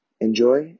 enjoy